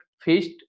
faced